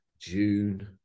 June